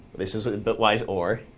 this is a bitwise or,